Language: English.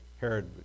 Herod